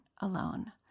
alone